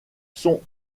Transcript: sont